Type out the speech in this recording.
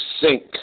sink